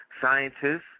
scientists